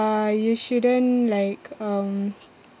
you shouldn't like um